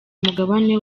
mugabane